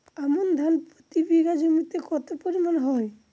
আমন ধান প্রতি বিঘা জমিতে কতো পরিমাণ হয়?